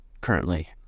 currently